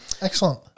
excellent